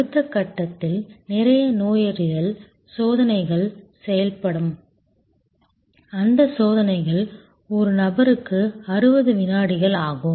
அடுத்த கட்டத்தில் நிறைய நோயறிதல் சோதனைகள் செய்யப்படும் அந்த சோதனைகள் ஒரு நபருக்கு 60 வினாடிகள் ஆகும்